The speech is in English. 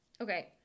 Okay